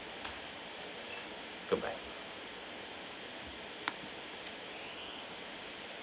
goodbye